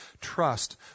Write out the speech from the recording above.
trust